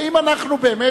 האם אנחנו באמת,